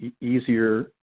easier